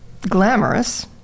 glamorous